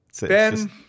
Ben